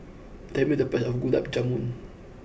tell me the price of Gulab Jamun